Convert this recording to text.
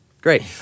great